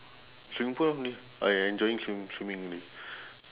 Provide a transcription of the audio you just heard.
swimming pool only I enjoying swim~ swimming only